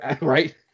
Right